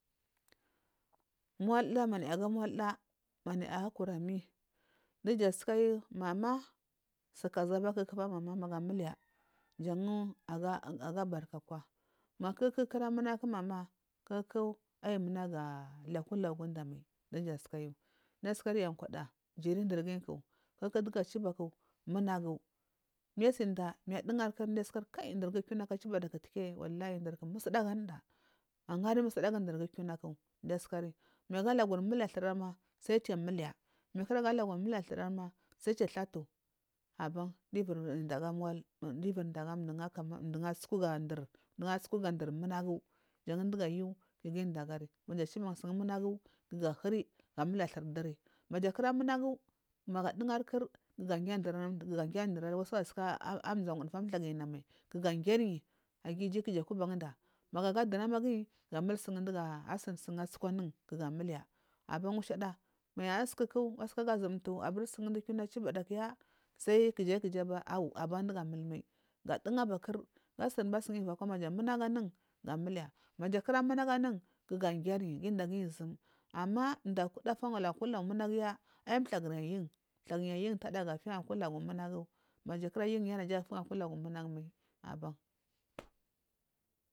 Molda mamaya gamolda manaya kurami dija sukayu mama ah sukazabaku magu muliya jangu aga barka kwa makuku kura munagu mama kuku ap munaga lakuligwa mai dijasukayu disukuri yakovada niyu nduguyiku munagu manyu asinda manyu adugai ndurdu kiuna ku achibadaku diye nduku musdagu anuda anganyu musdagu ndugu kiunaku diyu asukani manyu muliya thurima kiu muliya mai kudagadaguma muliya thurima sai kiya athahi aban diyu iviri nda agamul mdugu bathuka latu ga chuba ndugu munagu jandugu kugu indagari kuja chuban sun munagu kuja huri ga muliya thur duri maja kira munagu magu adugari kur kugu agiri ndurari kugu giri ndurari g-sagu suka pina wudufa thagunamal ga agiri aga iju kuja kubazurba magu aja dunamaguri gamulsugu adi atsuku anun ga muliya aba mushada sukuku asukagu azumtu sukudu kiuna achubada kiya sai kija kija bin mai awu aban dumur amatmai ga dugabakur gasundba sugu ivakwa maja munagu ga muliya maja kura munagu anu kiga giri gu indaguri zum ah mdukuda tiyafu akwu lagu munagiuya naa yin thlaguyi yin, yintada gatiy akulagu munagu maja kura yinya naja fun aku lapu munagu mai aban.